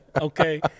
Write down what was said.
Okay